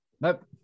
Nope